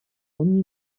ogni